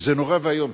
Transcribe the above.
זה נורא ואיום.